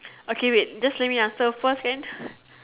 okay wait just let me answer first can